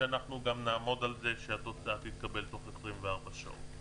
שאנחנו גם נעמוד על זה שהתוצאה תתקבל תוך 24 שעות.